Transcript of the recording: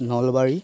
Nalbari